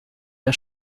der